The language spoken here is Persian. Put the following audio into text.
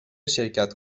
شرکت